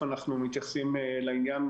אנחנו מתייחסים לעניין.